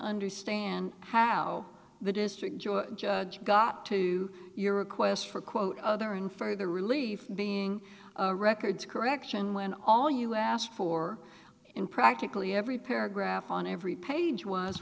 understand how the district your judge got to your request for quote other and for the relief being records correction when all you asked for in practically every paragraph on every page